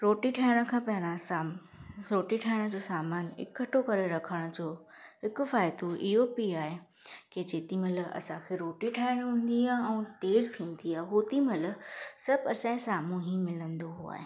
रोटी ठाहिण खां पहिरियों सां रोटी ठाइण जो सामान इकठो करे रखण जो हिकु फ़ाइदो इहो बि आहे की जेॾीमहिल असांखे रोटी ठाहिणी हूंदी ऐं देरि थींदी आहे होॾीमहिल सभु असांजे साम्हूं ई मिलंदो आहे